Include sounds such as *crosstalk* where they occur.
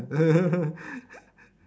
*laughs*